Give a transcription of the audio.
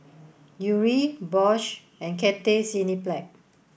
Yuri Bosch and Cathay Cineplex